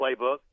playbook